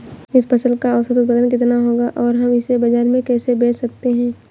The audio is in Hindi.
इस फसल का औसत उत्पादन कितना होगा और हम इसे बाजार में कैसे बेच सकते हैं?